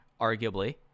arguably